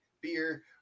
beer